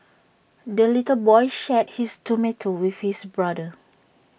the little boy shared his tomato with his brother